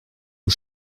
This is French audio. aux